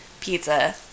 pizza